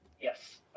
yes